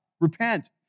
Repent